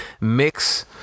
mix